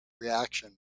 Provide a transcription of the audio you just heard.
reaction